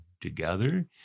together